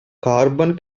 carbon